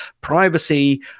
privacy